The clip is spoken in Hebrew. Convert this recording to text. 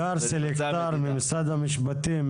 הגר סלקטר, ממשרד המשפטים.